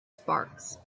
sparks